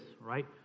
right